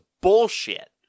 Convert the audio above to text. bullshit